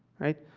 right?